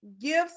gifts